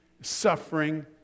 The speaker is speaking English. suffering